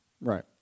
right